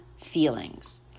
feelings